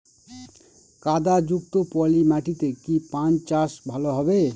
কাদা যুক্ত পলি মাটিতে কি পান চাষ ভালো হবে?